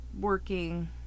working